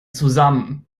zusammen